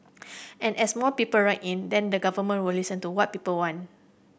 and as more people write in then the Government will listen to what people want